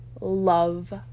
love